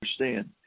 understand